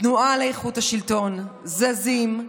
התנועה לאיכות השלטון, זזים,